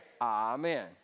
Amen